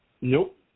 Nope